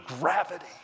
gravity